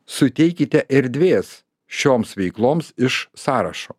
suteikite erdvės šioms veikloms iš sąrašo